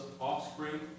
offspring